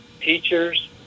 teachers